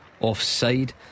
offside